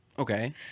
Okay